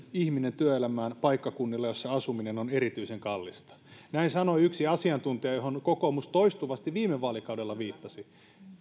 ihminen työelämään paikkakunnilla jossa asuminen on erityisen kallista näin sanoi yksi asiantuntija johon kokoomus toistuvasti viime vaalikaudella viittasi